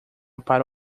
para